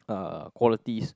uh qualities